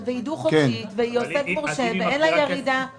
היא דו-חודשית והיא עוסק מורשה ואין לה ירידה במחזורים.